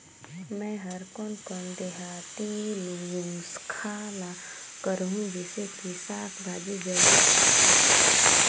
मै हर कोन कोन देहाती नुस्खा ल करहूं? जिसे कि साक भाजी जल्दी बाड़ही?